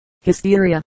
Hysteria